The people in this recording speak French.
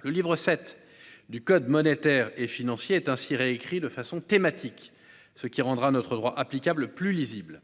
Le livre VII du code monétaire et financier est ainsi réécrit de façon thématique, ce qui rendra notre droit applicable plus lisible.